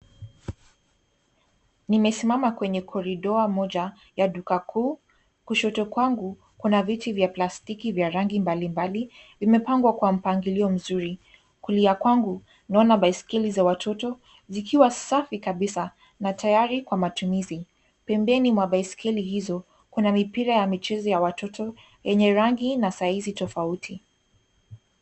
Nimesimama kwenye corridor moja ya duka kuu. Kushoto kwangu, kuna viti vya plastiki vya rangi mbalimbali. Vimepangwa kwa mpangilio mzuri. Kulia kwangu, naona baiskeli za watoto zikiwa safi kabisa na tayari kwa matumizi. Pembeni mwa baiskeli hizo, kuna mipira ya michezo ya watoto yenye rangi na saizi tofauti.